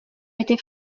été